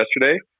yesterday